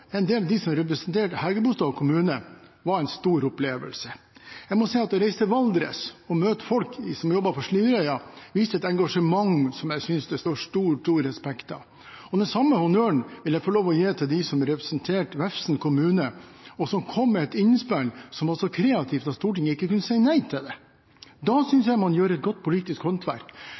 en del av dem som representerte Hægebostad kommune, var en stor opplevelse – og å reise til Valdres og møte folk som jobbet for Slidreøya, og som viste et engasjement som jeg synes det står stor respekt av. Den samme honnøren vil jeg få lov til å gi dem som representerte Vefsn kommune, og som kom med et innspill som var så kreativt at Stortinget ikke kunne si nei til det. Da synes jeg man utøver godt politisk håndverk.